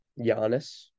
Giannis